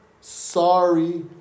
sorry